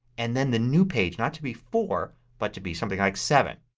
and then the new page not to be four but to be something like seven.